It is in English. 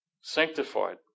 sanctified